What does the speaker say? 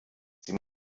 sie